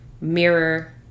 mirror